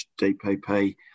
DPP